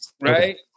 Right